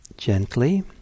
gently